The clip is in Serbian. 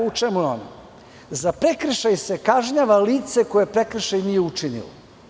Naime, za prekršaj se kažnjava lice koje prekršaj nije učinilo.